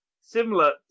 similar